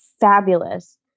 fabulous